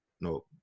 no